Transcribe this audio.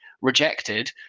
rejected